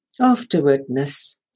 Afterwardness